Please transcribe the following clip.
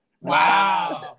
Wow